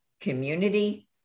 community